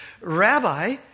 Rabbi